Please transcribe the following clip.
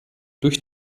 durch